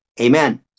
Amen